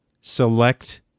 select